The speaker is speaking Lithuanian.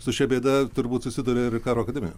su šia bėda turbūt susiduria ir karo akademija